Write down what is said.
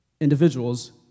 individuals